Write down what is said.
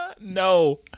no